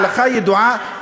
ההלכה ידועה,